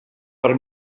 per